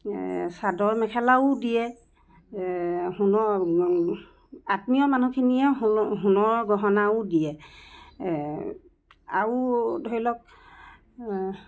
চাদৰ মেখেলাও দিয়ে সোণৰ আত্মীয় মানুহখিনিয়ে সোণৰ সোণৰ গহনাও দিয়ে আৰু ধৰি লওক